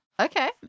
Okay